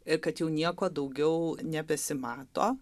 ir kad jau nieko daugiau nebesimato